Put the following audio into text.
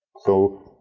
so,